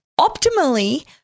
optimally